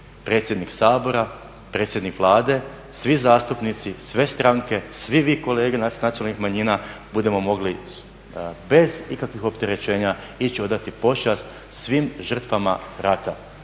predsjednik Sabora, predsjednik Vlade, svi zastupnici, sve stranke, svi vi kolege nacionalnih manjina budemo mogli bez ikakvih opterećenja ići odati počast svim žrtvama rata